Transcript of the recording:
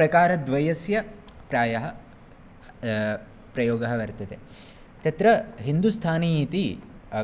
प्रकारद्वयस्य प्रायः प्रयोगः वर्तते तत्र हिन्दुस्थानी इति